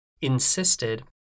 insisted